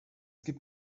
gibt